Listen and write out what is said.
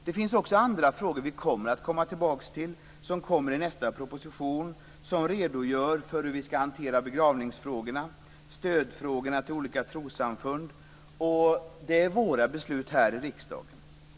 Det finns även andra frågor som vi kommer att återkomma till i nästa proposition och där man redogör för hur vi skall hantera begravningsfrågorna och stöd till olika trossamfund. Det är våra beslutsområden här i riksdagen.